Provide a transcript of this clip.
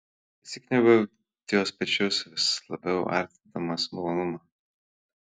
įsikniaubiu į jos pečius vis labiau artindamas malonumą